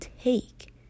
take